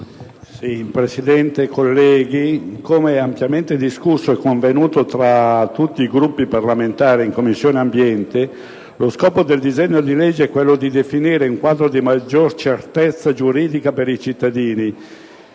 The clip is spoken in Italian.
facoltà. LEONI *(LNP)*. Come ampiamente discusso e convenuto fra tutti i Gruppi parlamentari in Commissione ambiente, lo scopo del disegno di legge è quello di definire un quadro di maggiore certezza giuridica per i cittadini,